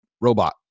robot